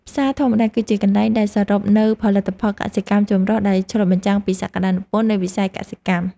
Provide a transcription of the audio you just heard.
ផ្សារធម្មតាគឺជាកន្លែងដែលសរុបនូវផលិតផលកសិកម្មចម្រុះដែលឆ្លុះបញ្ចាំងពីសក្ដានុពលនៃវិស័យកសិកម្ម។